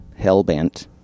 Hellbent